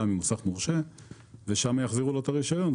ממוסך מורשה ושם יחזירו לו את הרישיון.